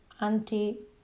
anti-